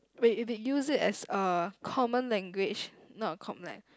when if you use it as a common language not a common lang~